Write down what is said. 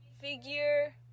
figure